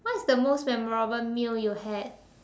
what is the most memorable meal you had